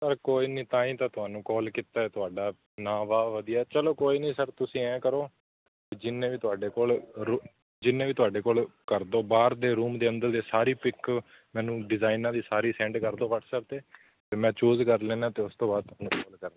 sir ਕੋਈ ਨਹੀਂ ਤਾਂ ਹੀ ਤਾਂ ਤੁਹਾਨੂੰ ਕਾਲ ਕੀਤਾ ਤੁਹਾਡਾ ਨਾਮ ਵਾਹ ਵਧੀਆ ਚਲੋ ਕੋਈ ਨਹੀਂ ਸਰ ਤੁਸੀਂ ਐਂ ਕਰੋ ਜਿੰਨੇ ਵੀ ਤੁਹਾਡੇ ਕੋਲ ਰੂ ਜਿੰਨੇ ਵੀ ਤੁਹਾਡੇ ਕੋਲ ਕਰ ਦਿਓ ਬਾਹਰ ਦੇ ਰੂਮ ਦੇ ਅੰਦਰ ਦੇ ਸਾਰੀ ਪਿਕ ਮੈਨੂੰ ਡਿਜ਼ਾਇਨਾਂ ਦੀ ਸਾਰੀ ਸੈਂਡ ਕਰ ਦਿਓ ਵਟਸਐਪ 'ਤੇ ਮੈਂ ਚੂਜ਼ ਕਰ ਲੈਂਦਾ ਅਤੇ ਉਸ ਤੋਂ ਬਾਅਦ ਤੁਹਾਨੂੰ ਫੋਨ ਕਰਨਾ